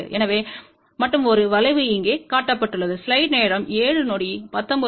எனவே மட்டும் ஒரு வளைவு இங்கே காட்டப்பட்டுள்ளது